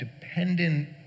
dependent